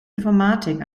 informatik